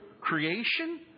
creation